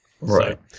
right